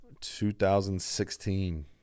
2016